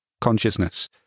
consciousness